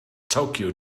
tokyo